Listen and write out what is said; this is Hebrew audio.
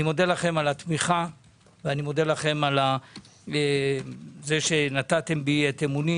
אני מודה לכם על התמיכה ועל כך שנתתם בי אמון.